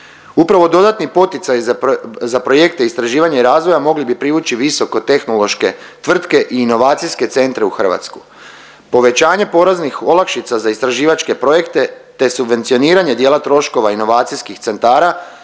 Upravo dodatni poticaji za projekte istraživanja i razvoja mogli bi privući visoko tehnološke tvrtke i inovacijske centre u Hrvatsku. Povećanje poreznih olakšica za istraživačke projekte, te subvencioniranje dijela troškova inovacijskih centara